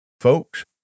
Folks